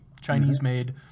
Chinese-made